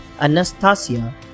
Anastasia